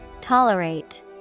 Tolerate